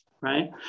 right